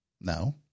No